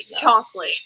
Chocolate